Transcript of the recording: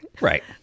right